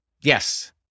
Yes